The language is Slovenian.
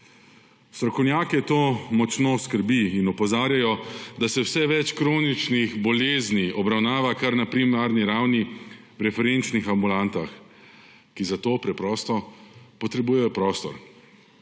Strokovnjake to močno skrbi in opozarjajo, da se vse več kroničnih bolezni obravnava kar na primarni ravni v referenčnih ambulantah, ki za to preprosto potrebujejo prostor.